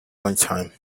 lunchtime